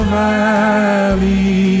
valley